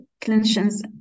clinicians